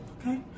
Okay